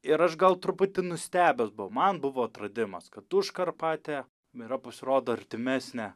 ir aš gal truputį nustebęs buvau man buvo atradimas kad užkarpatė yra pasirodo artimesnė